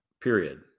period